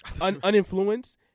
uninfluenced